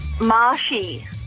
Marshy